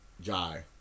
Jai